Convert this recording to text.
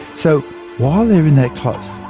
so while they're in that close,